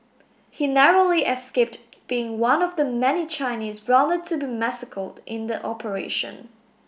he narrowly escaped being one of the many Chinese rounded to be massacred in the operation